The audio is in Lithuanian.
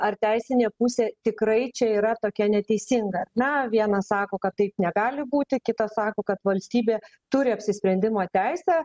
ar teisinė pusė tikrai čia yra tokia neteisinga na vienas sako kad taip negali būti kitas sako kad valstybė turi apsisprendimo teisę